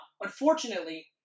Unfortunately